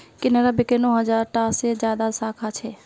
केनरा बैकेर नौ हज़ार टा से ज्यादा साखा छे